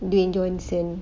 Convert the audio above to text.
dwayne johnson